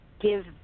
give